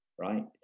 right